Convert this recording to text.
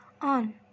On